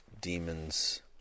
demons